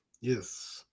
Yes